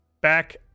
Back